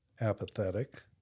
apathetic